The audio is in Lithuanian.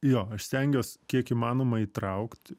jo aš stengiuos kiek įmanoma įtraukt